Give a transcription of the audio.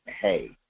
hey